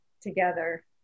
together